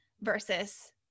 versus